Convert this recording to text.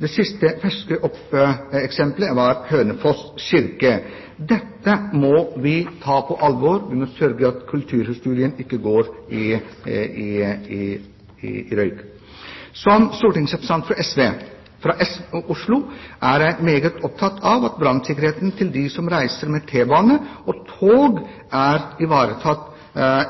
Det siste ferske eksemplet var Hønefoss kirke. Dette må vi ta på alvor og sørge for at kulturhistorien ikke går opp i røyk. Som stortingsrepresentanten fra SV i Oslo er jeg meget opptatt av at brannsikkerheten til dem som reiser med T-bane og tog, er ivaretatt